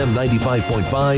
95.5